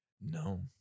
No